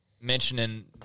mentioning